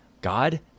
God